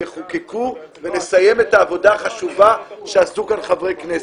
יחוקקו ונסיים את העבודה החשובה שעשו כאן חברי כנסת.